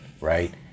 right